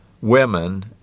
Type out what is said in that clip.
women